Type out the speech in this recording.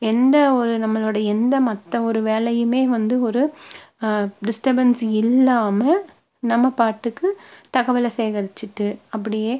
எந்த ஒரு நம்மளோட எந்த மற்ற ஒரு வேலையுமே வந்து ஒரு டிஸ்டர்பென்ஸ் இல்லாமல் நம்ம பாட்டுக்கு தகவலை சேகரிச்சிகிட்டு அப்படியே